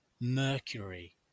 Mercury